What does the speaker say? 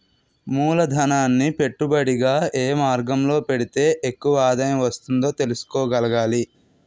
మూలధనాన్ని పెట్టుబడిగా ఏ మార్గంలో పెడితే ఎక్కువ ఆదాయం వస్తుందో తెలుసుకోగలగాలి